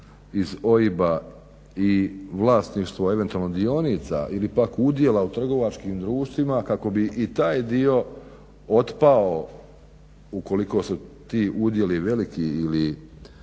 iz OIB-a i vlasništvo eventualno dionica ili pak udjela u trgovačkim društvima kako bi i taj dio otpao ukoliko su ti udjeli veliki ili